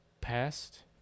past